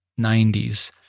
90s